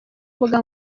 mbuga